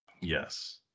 Yes